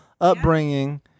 upbringing